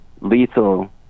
lethal